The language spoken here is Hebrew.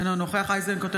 אינו נוכח גדי איזנקוט,